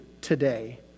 today